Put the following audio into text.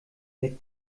der